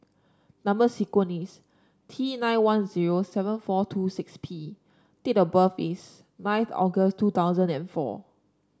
number sequence is T nine one zero seven four two six P date of birth is ninth August two thousand and four